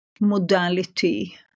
modality